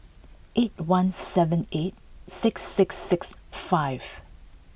eight one seven eight six six six five